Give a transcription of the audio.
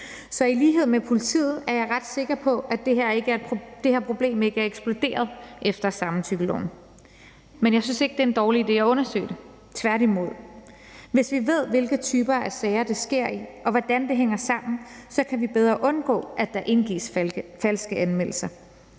Så i lighed med politiet er jeg ret sikker på, det her problem ikke er eksploderet efter samtykkeloven, men jeg synes ikke, at det er en dårlig idé at undersøge det, tværtimod. Hvis vi ved, hvilke typer af sager det sker i, og hvordan det hænger sammen, kan vi bedre undgå, at der indgives falske anmeldelser,